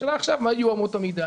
השאלה עכשיו מה יהיו אמות המידה.